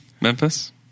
Memphis